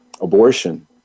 abortion